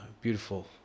beautiful